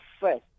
first